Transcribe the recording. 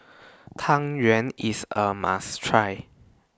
Tang Yuen IS A must Try